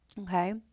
Okay